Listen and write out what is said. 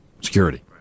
security